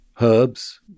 herbs